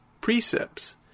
precepts